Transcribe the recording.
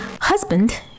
husband